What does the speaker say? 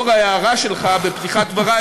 לאור ההערה שלך בפתיחת דברי,